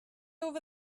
over